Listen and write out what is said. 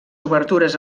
obertures